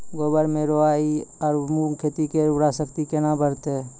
गोबर से राई आरु मूंग खेत के उर्वरा शक्ति केना बढते?